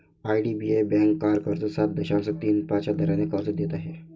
IDBI bank car कर्ज सात दशांश तीन पाच या दराने कर्ज देत आहे